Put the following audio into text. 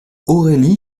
aurélie